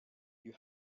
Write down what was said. you